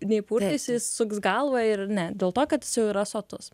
neįpurtysi jis suks galvą ir ne dėl to kad jis jau yra sotus